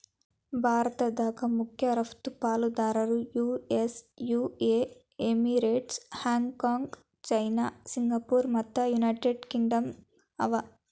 ಭಾರತದ್ ಮಖ್ಯ ರಫ್ತು ಪಾಲುದಾರರು US UAE emirates, Hong Kong China ಸಿಂಗಾಪುರ ಮತ್ತು ಯುನೈಟೆಡ್ ಕಿಂಗ್ಡಮ್ ಅವ